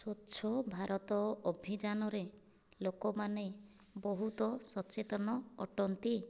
ସ୍ୱଚ୍ଛଭାରତ ଅଭିଯାନରେ ଲୋକମାନେ ବହୁତ ସଚେତନ ଅଟନ୍ତି